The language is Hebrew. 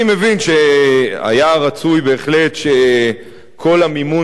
אני מבין שהיה רצוי בהחלט שכל המימון